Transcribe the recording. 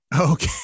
Okay